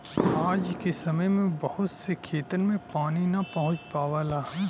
आज के समय में बहुत से खेतन में पानी ना पहुंच पावला